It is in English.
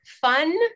fun